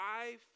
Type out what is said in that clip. life